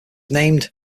named